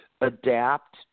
adapt